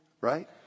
Right